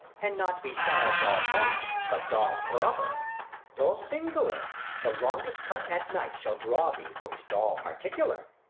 and not be styled dol common, but dol proper, dol singular the longest cut at night, shall draw thee for his doll particular.